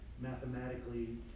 Mathematically